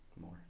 More